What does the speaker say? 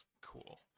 Cool